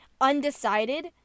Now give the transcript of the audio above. undecided